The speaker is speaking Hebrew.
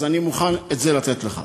אז אני מוכן את זה לתת לך.